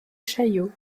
chaillot